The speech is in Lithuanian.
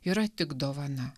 yra tik dovana